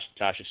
Tasha